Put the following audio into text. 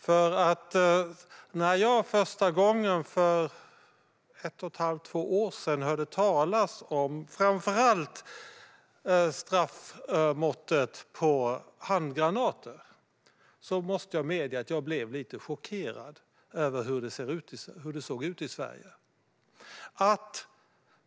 När jag första gången hörde talas om straffmåttet för framför allt handgranater för ett och ett halvt eller två år sedan måste jag medge att jag blev lite chockerad över hur det såg ut i Sverige.